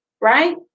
right